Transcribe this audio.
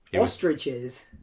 Ostriches